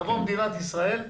תבוא מדינת ישראל ותשפה.